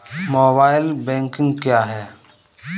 Mobile banking क्या है?